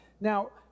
Now